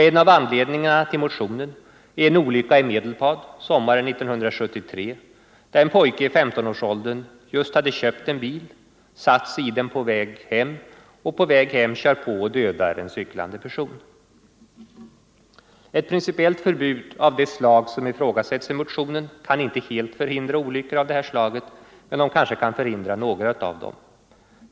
En av anledningarna till motionen är en olycka — Trafiksäkerheten i Medelpad sommaren 1973 då en pojke i 15-årsåldern just hade köpt = Mm.m. en bil, sätter sig i den och på väg hem kör på och dödar en cyklande person. Ett principiellt förbud av det slag som ifrågasatts i motionen kan inte helt förhindra olyckor av detta slag, men det kanske kan förhindra några av dem.